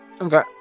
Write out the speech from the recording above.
okay